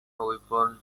weapon